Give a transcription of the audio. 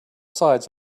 sides